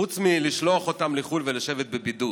חוץ מלשלוח אותם לחו"ל ולשבת בבידוד,